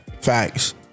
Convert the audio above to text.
Facts